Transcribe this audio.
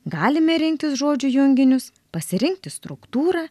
galime rinktis žodžių junginius pasirinkti struktūrą